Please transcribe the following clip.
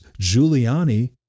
Giuliani